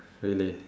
really